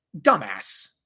dumbass